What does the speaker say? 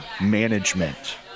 management